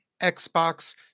xbox